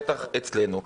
בטח אצלנו.